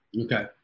Okay